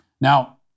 Now